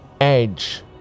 edge